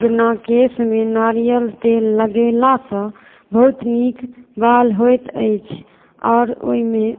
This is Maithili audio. जेना केशमे नारियल तेल लगेलासँ बहुत नीक बाल होइत अछि आओर ओहिमे